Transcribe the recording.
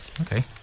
okay